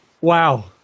Wow